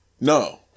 No